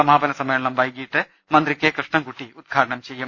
സമാപന സമ്മേളനം വൈകീട്ട് മന്ത്രി കെ കൃഷ്ണൻകുട്ടി ഉദ്ഘാടനം ചെ യ്യും